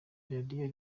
radiyo